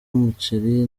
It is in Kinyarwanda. umuceri